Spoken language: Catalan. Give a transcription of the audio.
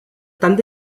tanc